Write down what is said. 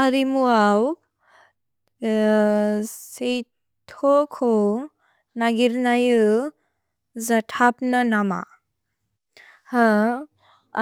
अरिमु अव् सेतो को नगिर्न यु जथप्न नम।